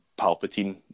Palpatine